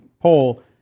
poll